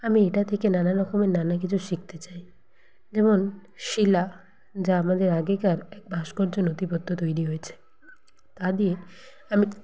আমি এটা থেকে নানা রকমের নানা কিছু শিখতে চাই যেমন শিলা যা আমাদের আগেকার এক ভাস্কর্য নথিবদ্ধ তৈরি হয়েছে তা দিয়ে আমি